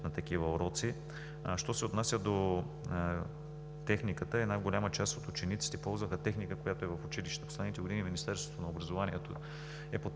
на такива уроци. Що се отнася до техниката – една голяма част от учениците ползваха техника, която е в училище. Последните години Министерството на образованието и